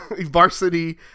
varsity